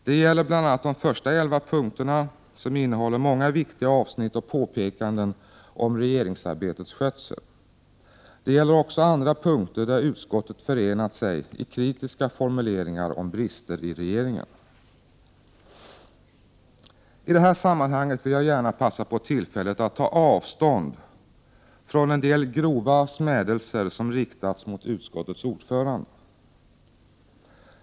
Det gäller bl.a. de första elva punkterna som innehåller många viktiga avsnitt och påpekanden om regeringsarbetets skötsel. Det gäller också andra punkter, där utskottet har förenat sig i kritiska formuleringar om brister i regeringen. I det här sammanhanget vill jag gärna passa på och ta avstånd från en del grova smädelser som har riktats mot utskottets ordförande.